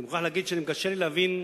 אני מוכרח להגיד שגם קשה לי להבין,